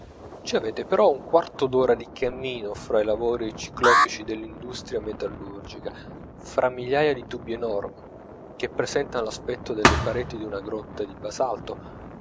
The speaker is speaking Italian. ci avete però un quarto d'ora di cammino fra i lavori ciclopici dell'industria metallurgica fra migliaia di tubi enormi che presentan l'aspetto delle pareti d'una grotta di basalto